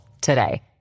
today